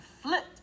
flipped